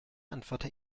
antworte